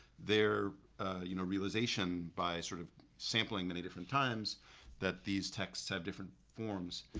their you know realization by sort of sampling many different times that these texts have different forms